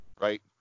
Right